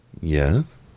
yes